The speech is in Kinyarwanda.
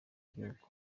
igihugu